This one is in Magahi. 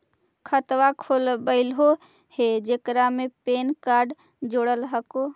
खातवा खोलवैलहो हे जेकरा मे पैन कार्ड जोड़ल हको?